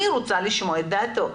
אני רוצה לשמוע את דעתו.